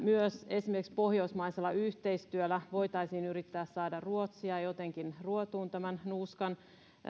esimerkiksi pohjoismaisella yhteistyöllä voitaisiin yrittää saada ruotsia jotenkin ruotuun tämän nuuskan